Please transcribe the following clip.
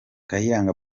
kayiranga